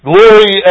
Glory